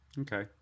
okay